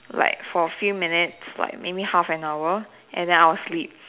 like for a few minutes like maybe half an hour and then I'll sleep